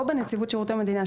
או בנציבות שירות המדינה,